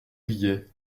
riait